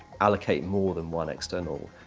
allocate more than one external